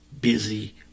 busy